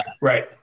right